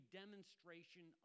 demonstration